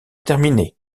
terminer